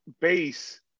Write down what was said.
base